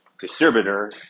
distributor